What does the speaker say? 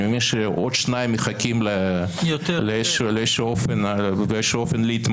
אני מבין שעוד שניים מחכים באיזה אופן להתמנות.